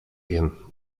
wiem